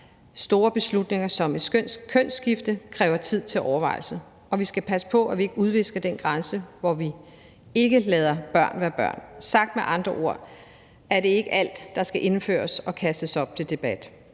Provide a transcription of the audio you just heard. store beslutninger som et kønsskifte kræver tid til overvejelse, og vi skal passe på, at vi ikke udvisker den grænse, hvor vi ikke lader børn være børn. Sagt med andre ord: Det er ikke alt, der skal indføres og kastes op til debat;